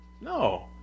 No